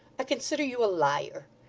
i consider you a liar.